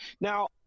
Now